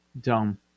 Dumb